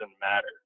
matter